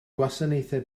gwasanaethau